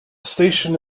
station